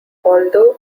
although